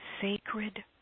sacred